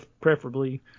preferably